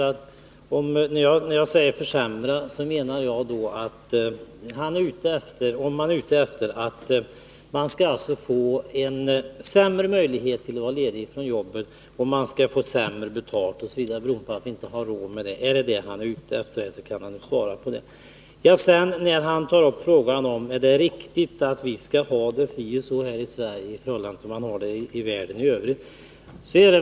Att jag säger ”försämra” beror på att jag frågar mig, om han menar att det skall bli sämre möjligheter att vara ledig från arbetet, sämre betalt osv., därför att vi inte har råd. Är detta hans mening kan han ju tala om det. Sedan frågade sig Sten Svensson, om det är riktigt att vi skall ha det så eller så, jämfört med hur folk har det i världen i övrigt.